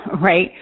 right